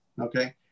Okay